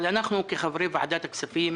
אבל אנחנו כחברי ועדת הכספים,